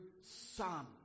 son